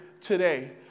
today